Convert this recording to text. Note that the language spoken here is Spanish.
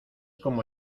como